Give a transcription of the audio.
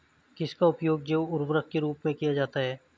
किसका उपयोग जैव उर्वरक के रूप में किया जाता है?